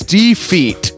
defeat